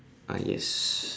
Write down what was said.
ah yes